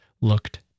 looked